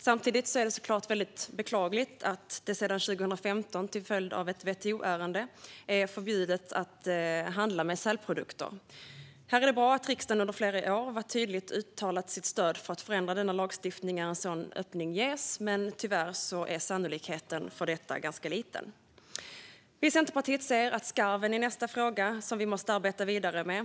Samtidigt är det såklart mycket beklagligt att det sedan 2015, till följd av ett WTO-ärende, är förbjudet att handla med sälprodukter. Här är det bra att riksdagen under flera år tydligt har uttalat sitt stöd för att förändra denna lagstiftning när en sådan öppning ges. Men tyvärr är sannolikheten för detta ganska liten. Centerpartiet ser att skarven är nästa fråga som vi måste arbeta vidare med.